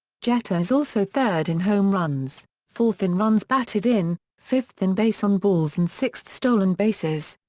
jeter is also third in home runs, fourth in runs batted in, fifth in base on balls and sixth stolen bases.